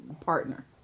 partner